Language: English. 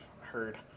heard